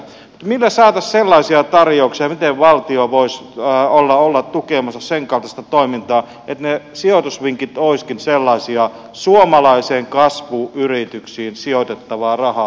millä saataisiin sellaisia tarjouksia miten valtio voisi olla tukemassa senkaltaista toimintaa että ne sijoitusvinkit olisivatkin sellaisia suomalaisiin kasvuyrityksiin sijoitettavaa rahaa